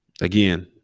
Again